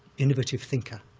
innovative thinker,